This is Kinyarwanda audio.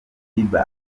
bieber